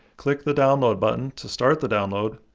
click the download button to start the download.